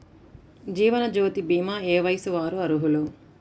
జీవనజ్యోతి భీమా ఏ వయస్సు వారు అర్హులు?